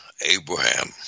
Abraham